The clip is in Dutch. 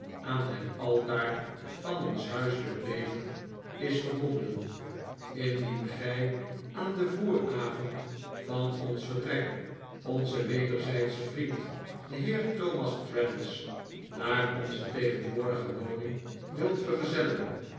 aan het altaar van ons huiselijk leven is verbonden tndien gij aan den vooravond van ons vertrek onzen wederzijdschen vriend den heer thomas traddles naar onze tegenwoordige woning wilt vergezellen